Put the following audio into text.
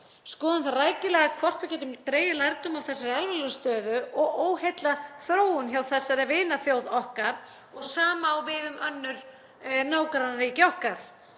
skoðum það rækilega hvort við getum dregið lærdóm af þessari alvarlegu stöðu og óheillaþróun hjá þessari vinaþjóð okkar og það sama á við um önnur nágrannaríki okkar.